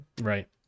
Right